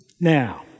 Now